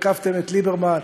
עקפתם את ליברמן,